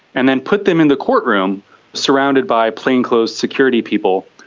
and then put them in the courtroom surrounded by plain-clothed security people.